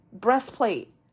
breastplate